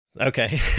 Okay